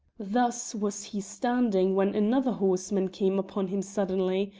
thus was he standing when another horseman came upon him suddenly,